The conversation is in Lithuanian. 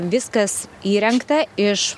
viskas įrengta iš